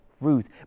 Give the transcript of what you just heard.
Ruth